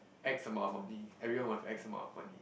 act some more of money everyone wants act some more of money